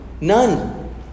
None